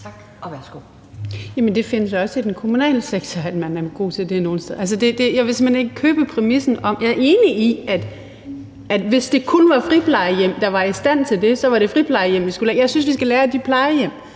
Tak, og værsgo.